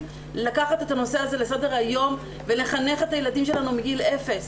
לקחת את הנושא הזה לסדר היום ולחנך את הילדים שלנו מגיל אפס,